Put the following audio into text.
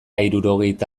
hirurogeita